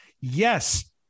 Yes